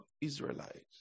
Israelites